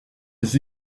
les